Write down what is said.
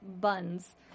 buns